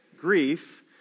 grief